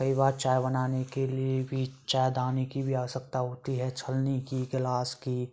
कई बार चाय बनाने के लिए भी चायदानी की भी आवश्यकता होती है छन्नी की गिलास की